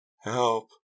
Help